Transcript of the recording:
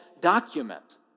document